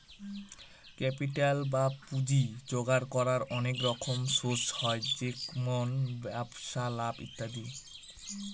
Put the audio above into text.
capital বা পুঁজি জোগাড় করার অনেক রকম সোর্স হয় যেমন ব্যবসায় লাভ ইত্যাদি